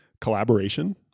collaboration